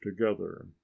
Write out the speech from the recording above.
together